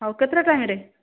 ହେଉ କେତେଟା ଟାଇମରେ